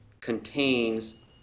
contains